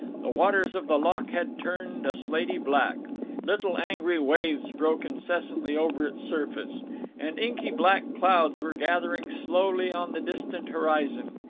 the waters of the loch had turned a slaty black little angry waves broke incessantly over its surface and inky black clouds were gathering slowly on the distant horizon.